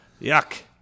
yuck